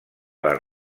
les